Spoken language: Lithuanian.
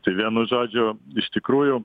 tai vienu žodžiu iš tikrųjų